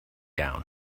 down